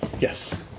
Yes